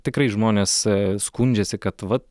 tikrai žmonės skundžiasi kad vat